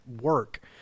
work